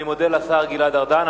אני מודה לשר גלעד ארדן.